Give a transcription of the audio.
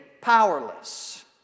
powerless